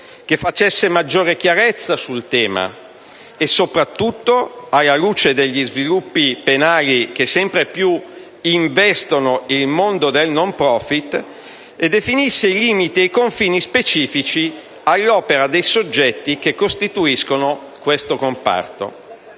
che facesse maggiore chiarezza sul tema, soprattutto alla luce degli sviluppi penali che sempre più investono il mondo del *no profit,* e definisse limiti e confini specifici all'opera dei soggetti che costituiscono tale comparto.